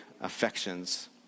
affections